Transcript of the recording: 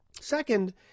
Second